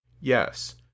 Yes